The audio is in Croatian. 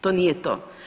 To nije to.